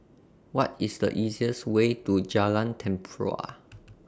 What IS The easiest Way to Jalan Tempua